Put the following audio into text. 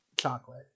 chocolate